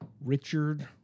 Richard